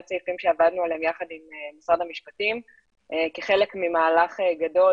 סעיפים שעבדנו עליהם יחד עם משרד המשפטים כחלק ממהלך גדול